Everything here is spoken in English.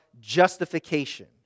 justification